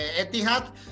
Etihad